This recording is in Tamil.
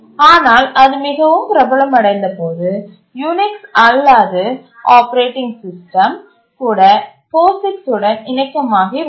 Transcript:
ஆனால் அது மிகவும் பிரபலமடைந்தபோது யூனிக்ஸ் அல்லாத ஆப்பரேட்டிங் சிஸ்டம் கூட போசிக்ஸ் உடன் இணக்கமாகிவிட்டது